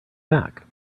back